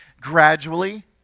gradually